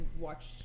watch